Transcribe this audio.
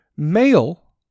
Male